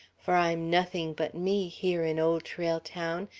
for i'm nothing but me, here in old trail town,